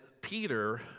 Peter